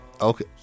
okay